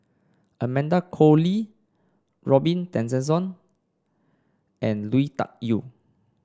Amanda Koe Lee Robin Tessensohn and Lui Tuck Yew